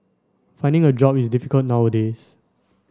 finding a job is difficult nowadays